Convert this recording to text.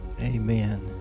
Amen